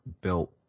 built